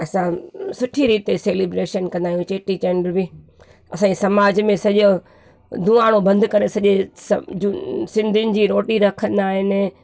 असां सुठी रीते सेलीब्रेशन कंदा आहियूं चेटीचंड जी असांजे समाज में सॼो दुआन बंदि करे सॼे सभु सिंधीयुनि जी रोटी रखंदा आहिनि